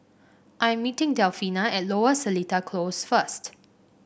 I am meeting Delfina at Lower Seletar Close first